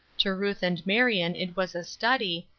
to ruth and marion it was a study,